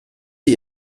sie